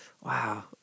wow